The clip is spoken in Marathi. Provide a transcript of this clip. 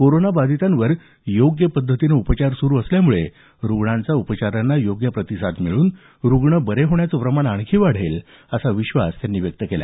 कोरोनाबाधितांवर योग्य पद्धतीनं उपचार सुरू असल्यामुळे रुग्णांचा उपचारांना योग्य प्रतिसाद मिळून रुग्ण बरे होण्याचं प्रमाण आणखी वाढेल असा विश्वास त्यांनी व्यक्त केला